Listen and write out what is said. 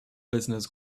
business